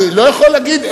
אני לא יכול להגיד,